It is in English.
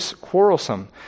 quarrelsome